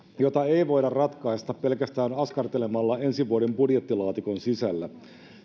jota ei voida ratkaista pelkästään askartelemalla ensi vuoden budjettilaatikon sisällä